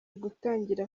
gutangira